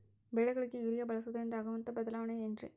ಬೆಳೆಗಳಿಗೆ ಯೂರಿಯಾ ಬಳಸುವುದರಿಂದ ಆಗುವಂತಹ ಬದಲಾವಣೆ ಏನ್ರಿ?